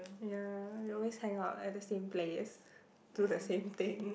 ya we always hang out at the same place do the same thing